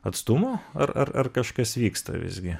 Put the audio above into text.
atstumo ar ar ar kažkas vyksta visgi